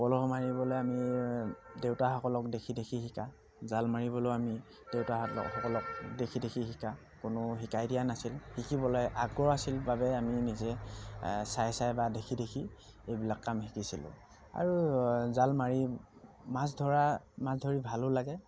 পলহ মাৰিবলৈ আমি দেউতাসকলক দেখি দেখি শিকা জাল মাৰিবলৈও আমি দেউতসকলক দেখি দেখি শিকা কোনো শিকাই দিয়া নাছিল শিকিবলৈ আগ্ৰহ আছিল বাবে আমি নিজে চাই চাই বা দেখি দেখি এইবিলাক কাম শিকিছিলোঁ আৰু জাল মাৰি মাছ ধৰা মাছ ধৰি ভালো লাগে